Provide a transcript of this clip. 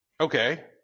okay